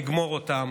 לגמור אותם,